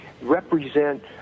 represent